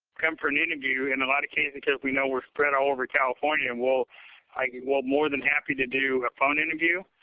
come for an interview. in a lot of cases cause we know we're spread all over california and we'll i mean be more than happy to do a phone interview.